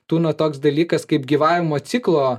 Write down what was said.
tūno toks dalykas kaip gyvavimo ciklo